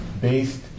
based